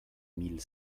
mille